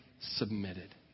submitted